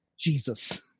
Jesus